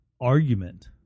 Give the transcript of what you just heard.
argument